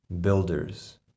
Builders